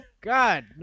God